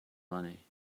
money